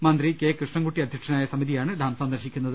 മന്ത്രി കെ കൃഷ്ണൻകുട്ടി അധ്യക്ഷനായ സമിതിയാണ് ഡാം സന്ദർശിക്കുന്നത്